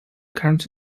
current